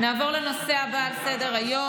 נעבור לנושא הבא על סדר-היום,